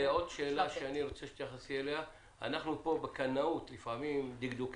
ואותה קודם כול לשנות ולהמיר מטכוגרף אנלוגי לדיגיטלי.